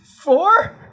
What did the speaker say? Four